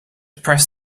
press